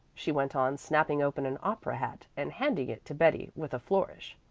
she went on, snapping open an opera hat and handing it to betty with a flourish.